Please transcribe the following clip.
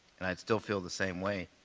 and i'd still feel the same way.